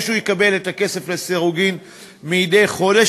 או שהוא יקבל את הכסף לסירוגין מדי חודש,